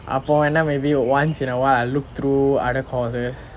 அப்போ வேணா:appo vena maybe once in a while I look through other courses